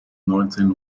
neunzehn